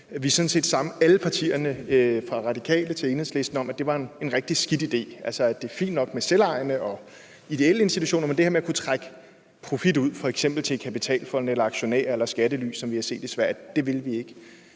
vi – alle partierne fra Radikale til Enhedslisten – sådan set sammen om, at det var en rigtig skidt idé. Altså, det er fint nok med selvejende og ideelle institutioner, men det her med at kunne trække profit ud f.eks. til kapitalfonde eller aktionærer eller skattely, som vi har set i Sverige, vil vi ikke.